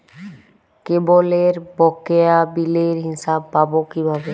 কেবলের বকেয়া বিলের হিসাব পাব কিভাবে?